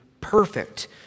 perfect